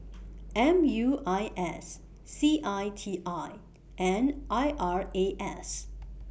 M U I S C I T I and I R A S